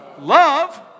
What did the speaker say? Love